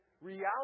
reality